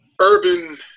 Urban –